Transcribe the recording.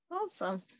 Awesome